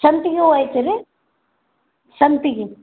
ಸಂಪಿಗೆ ಹೂ ಐತೆ ರೀ ಸಂಪಿಗೆ